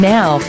Now